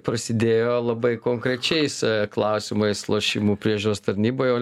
prasidėjo labai konkrečiais klausimais lošimų priežiūros tarnyboje